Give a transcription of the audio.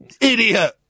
idiot